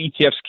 ETFs